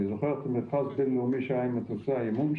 אני זוכר מכרז בין-לאומי שהיה עם מטוסי האימון,